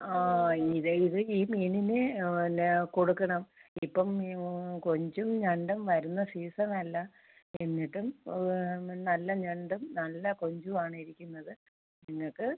ആ ഇത് ഇത് ഈ മീനിന് വന്നെ കൊടുക്കണം ഇപ്പം ഈ കൊഞ്ചും ഞണ്ടും വരുന്ന സീസണല്ല എന്നിട്ടും നല്ല ഞണ്ടും നല്ല കൊഞ്ചുവാണ് ഇരിക്കുന്നത് നിങ്ങൾക്ക്